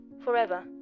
forever